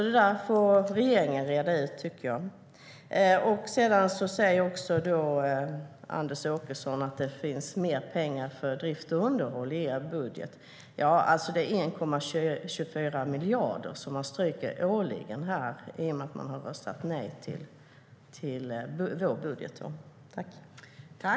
Det får regeringen reda ut.